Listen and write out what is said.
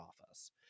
office